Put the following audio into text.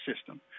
system